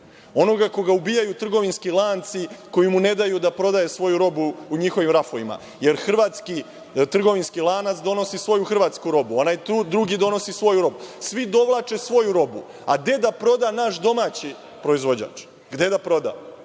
Onoga koga ubijaju trgovinski lanci, koji mu ne daje da prodaje svoju robu u njihovim rafovima, jer hrvatski trgovinski lanac donosi svoju hrvatsku robu, ona je tu, drugi donosi svoju robu. Svi dovlače svoju robu. A gde da proda naš domaći proizvođač? Gde da proda?